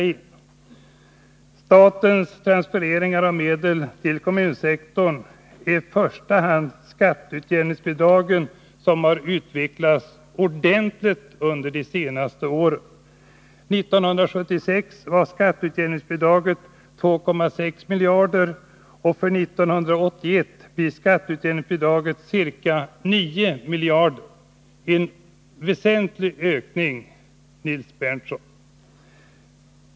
Av statens transfereringar av medel till kommunsektorn under de senaste åren är det i första hand skatteutjämningsbidragen som har utvecklats ordentligt. 1976 var skatteutjämningsbidraget 2,6 miljarder. För 1981 blir skatteutjämningsbidraget ca 9 miljarder — således en väsentlig ökning, Nils Berndtson.